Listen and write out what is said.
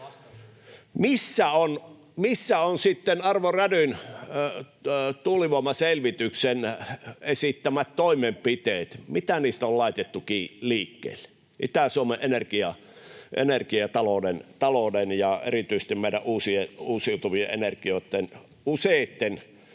sitten Arto Rädyn tuulivoimaselvityksen esittämät toimenpiteet? Mitä niistä on laitettu liikkeellekin Itä-Suomen energiatalouden ja erityisesti meidän uusiutuvien energioitten useitten